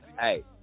Hey